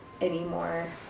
anymore